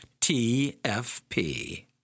TFP